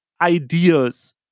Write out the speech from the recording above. ideas